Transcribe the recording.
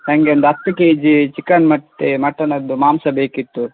ನನಗೆ ಒಂದು ಹತ್ತು ಕೆಜೀ ಚಿಕನ್ ಮತ್ತು ಮಟನದ್ದು ಮಾಂಸ ಬೇಕಿತ್ತು